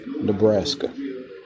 Nebraska